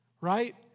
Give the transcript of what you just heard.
right